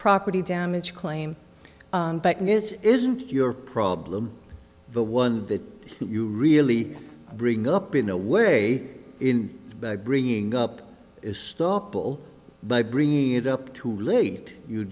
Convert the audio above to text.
property damage claim it isn't your problem but one that you really bring up in a way in bringing up is stoppel by bringing it up too late you